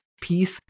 peace